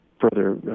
further